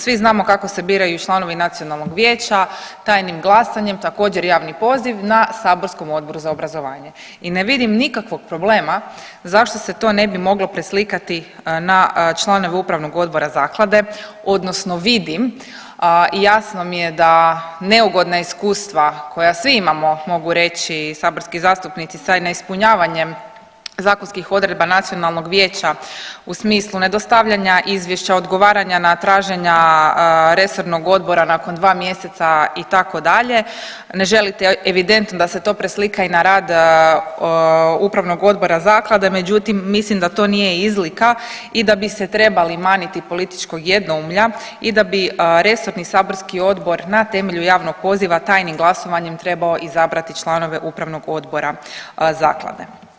Svi znamo kako se biraju članovi nacionalnog vijeća, tajnim glasanjem, također javni poziv na saborskom Odboru za obrazovanje i ne vidim nikakvog problema zašto se to ne bi moglo preslikati na članove upravnog odbora zaklade odnosno vidim i jasno mi je da neugodna iskustva koja svi imamo mogu reći i saborski zastupnici sa neispunjavanjem zakonskih odredba nacionalnog vijeća u smislu nedostavljanja izvješća, odgovaranja na traženja resornog odbora nakon dva mjeseca itd., ne želite evidentno da se to preslika i na rad upravnog odbora zaklade, međutim mislim da to nije izlika i da bi se trebali maniti političkog jednoumlja i da bi resorni saborski odbor na temelju javnog poziva tajnim glasovanjem trebao izabrati članove upravnog odbora zaklade.